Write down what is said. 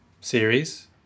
series